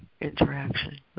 interaction